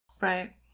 Right